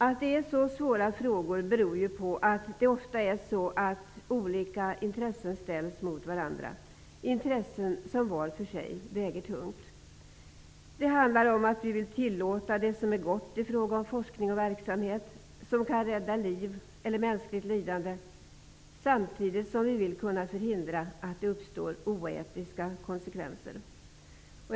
Att det är så svåra frågor beror på att det ofta är olika intressen som ställs mot varandra, intressen som var för sig väger tungt. Det handlar om att vi vill tillåta det som är gott i fråga om forskning, och verksamhet som kan rädda liv eller minska mänskligt lidande, samtidigt som vi vill kunna förhindra att det uppstår oetiska konsekvenser.